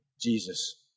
Jesus